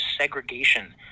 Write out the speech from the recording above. segregation